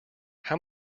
how